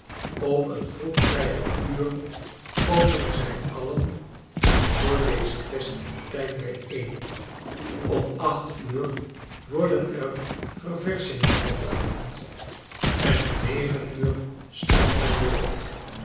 op een vroegtijdig uur komen zij alien voor deze festiviteit bijeen omachtuur worden er ververschingen rondgediend enom negen uur stapt men weer op